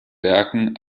werken